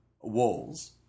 walls